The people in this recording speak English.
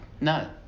No